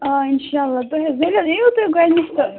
آ اِنشااللہ تُہۍ حظ یِیِو تُہۍ گۄڈٕنٮ۪تھ تہٕ